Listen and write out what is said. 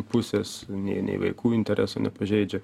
pusės nei nei vaikų interesų nepažeidžia